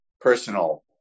personal